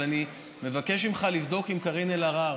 אבל אני מבקש ממך לבדוק עם קארין אלהרר